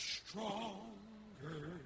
stronger